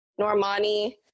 Normani